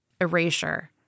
erasure